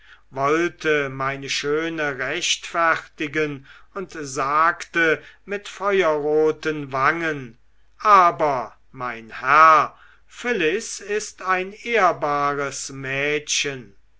wollte meine schöne rechtfertigen und sagte mit feuerroten wangen aber mein herr phyllis ist ein ehrbares mädchen